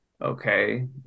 Okay